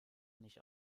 nicht